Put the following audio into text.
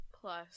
Plus